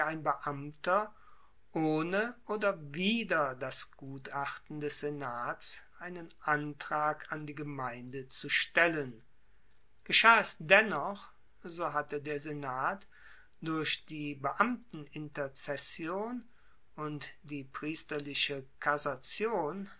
beamter ohne oder wider das gutachten des senats einen antrag an die gemeinde zu stellen geschah es dennoch so hatte der senat durch die beamteninterzession und die priesterliche kassation